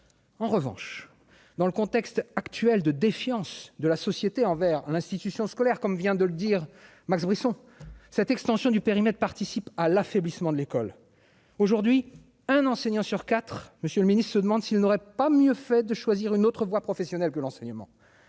en revanche, dans le contexte actuel de défiance de la société envers l'institution scolaire, comme vient de le dire, Max Brisson, cette extension du périmètre participe à l'affaiblissement de l'école aujourd'hui, un enseignant sur quatre Monsieur le Ministre, se demande s'il n'aurait pas mieux fait de choisir une autre voie professionnelle que l'enseignement.